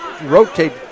rotate